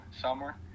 summer